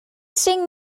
sing